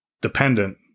dependent